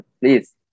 please